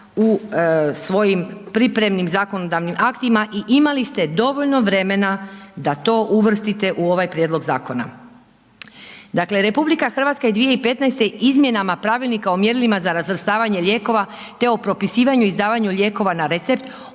u svojim pripremnim zakonodavnim aktima i imali ste dovoljno vremena da to uvrstite u ovaj prijedlog zakona. Dakle, RH je 2015. izmjenama Pravilnika o mjerilima za razvrstavanje lijekova te o propisivanju i izdavanju na recept